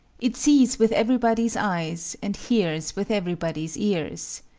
it sees with everybody's eyes, and hears with everybody's ears.